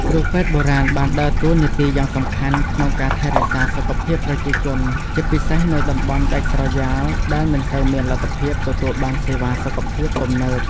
គ្រូពេទ្យបុរាណបានដើរតួនាទីយ៉ាងសំខាន់ក្នុងការថែរក្សាសុខភាពប្រជាជន ជាពិសេសនៅតំបន់ដាច់ស្រយាលដែលមិនសូវមានលទ្ធភាពទទួលបានសេវាសុខភាពទំនើប។